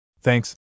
Thanks